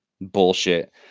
bullshit